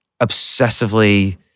obsessively